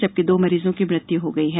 जबकि दो मरीजों की मृत्यु हो गयी है